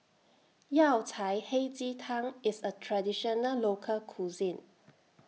Yao Cai Hei Ji Tang IS A Traditional Local Cuisine